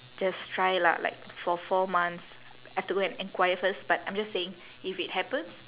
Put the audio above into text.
just try lah like for four months I've to go and enquire first but I'm just saying if it happens